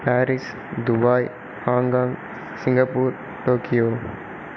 Paris Dubai Hong Kong Singapore Tokyo